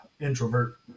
introvert